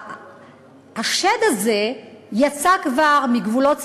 והשד הזה יצא כבר מגבולות סיני,